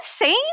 insane